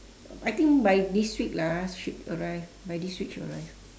I think by this week lah should arrive by this week should arrive